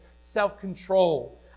self-control